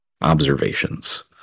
observations